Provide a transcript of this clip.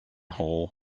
hall